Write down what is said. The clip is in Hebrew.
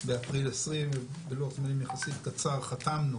באפריל 2020. בלוח זמנים יחסית קצר חתמנו